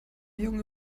junge